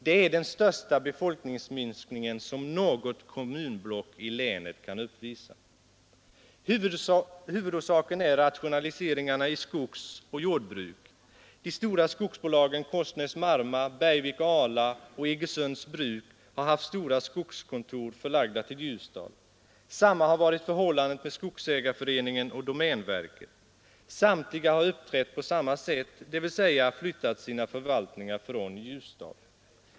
Det är den största befolkningsminskning som något kommunblock i länet kan uppvisa. Huvudorsaken är rationaliseringen i skogsoch jordbruk. De stora skogsbolagen Korsnäs-Marma, Bergvik och Ala och Iggesunds bruk har haft stora skogskontor förlagda till Ljusdal. Detsamma har varit förhållandet med skogsägareföreningen och domänverket. Samtliga har uppträtt på samma sätt, dvs. flyttat sina förvaltningar till Ljusdal.